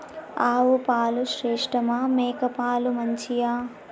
ఆవు పాలు శ్రేష్టమా మేక పాలు మంచియా?